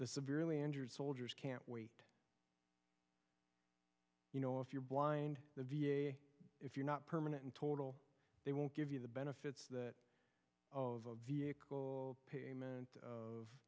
the severely injured soldiers can't wait you know if you're blind the v a if you're not permanent and total they won't give you the benefits of a payment of